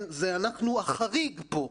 אנחנו החריג פה,